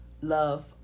love